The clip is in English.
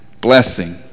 Blessing